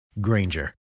Granger